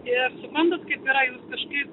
ir suprantat kaip yra jūs kažkaip